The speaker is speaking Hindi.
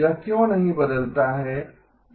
यह क्यों नहीं बदलता है